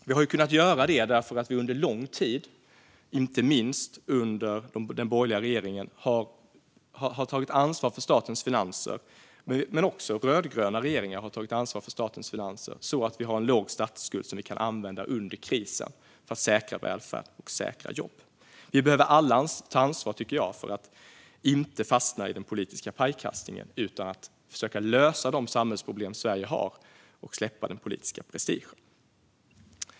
Vi har kunnat göra det därför att vi under lång tid, inte minst under den tidigare borgerliga regeringen, har tagit ansvar för statens finanser. Även rödgröna regeringar har tagit ansvar för statens finanser så att vi har en låg statsskuld, vilket under krisen kan användas för att säkra välfärden och säkra jobben. Jag tycker att vi alla behöver ta ansvar för att inte fastna i den politiska pajkastningen utan försöka lösa de samhällsproblem Sverige har och släppa den politiska prestigen.